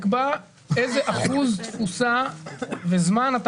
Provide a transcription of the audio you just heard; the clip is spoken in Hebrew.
שתקבע איזה אחוז מוסה והזמן.